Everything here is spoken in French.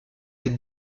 des